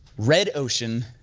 red ocean,